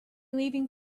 leaving